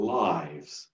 lives